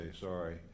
sorry